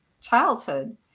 childhood